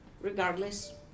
Regardless